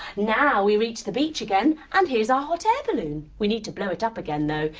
now we reach the beach again and here's our hot air balloon. we need to blow it up again though.